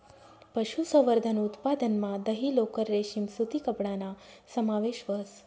पशुसंवर्धन उत्पादनमा दही, लोकर, रेशीम सूती कपडाना समावेश व्हस